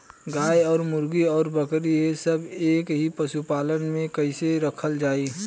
गाय और मुर्गी और बकरी ये सब के एक ही पशुपालन में कइसे रखल जाई?